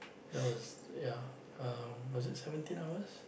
that was ya uh was it seventeen hours